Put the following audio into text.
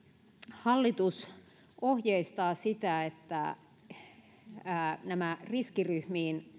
hallitus ohjeistaa sitä että riskiryhmiin